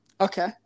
okay